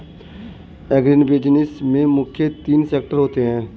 agribusiness में मुख्य तीन सेक्टर होते है